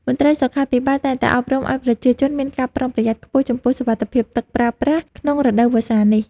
មន្ត្រីសុខាភិបាលតែងតែអប់រំឱ្យប្រជាជនមានការប្រុងប្រយ័ត្នខ្ពស់ចំពោះសុវត្ថិភាពទឹកប្រើប្រាស់ក្នុងរដូវវស្សានេះ។